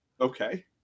Okay